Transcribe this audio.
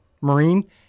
Marine